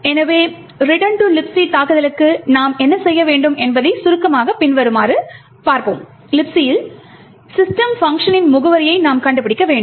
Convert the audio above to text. எனவே return to Libc தாக்குதலுக்கு நாம் என்ன செய்ய வேண்டும் என்பதை சுருக்கமாக பின்வருமாறு Libc இல் system பங்க்ஷனின் முகவரியை நாம் கண்டுபிடிக்க வேண்டும்